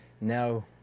now